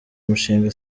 umushinga